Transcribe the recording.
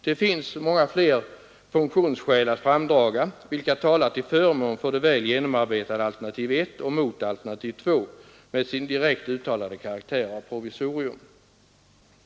Det finns många flera funktionsskäl att framdraga vilka talar till förmån för det väl genomarbetade alternativ 1 och mot alternativ 2 med dess direkt uttalade karaktär av provisorium.